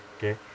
mm